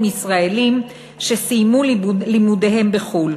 ישראלים שסיימו את לימודיהם בחוץ-לארץ.